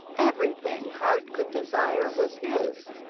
everything heart could desire was his.